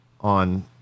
on